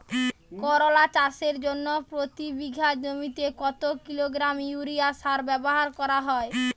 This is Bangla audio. করলা চাষের জন্য প্রতি বিঘা জমিতে কত কিলোগ্রাম ইউরিয়া সার ব্যবহার করা হয়?